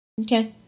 Okay